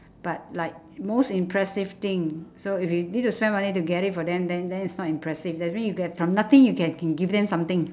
but like most impressive thing so if you need to spend money to get it for them then then it's not impressive that's means you get from nothing you can can give them something